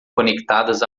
conectadas